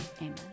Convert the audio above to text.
amen